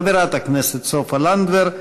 חברת הכנסת סופה לנדבר.